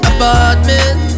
Apartment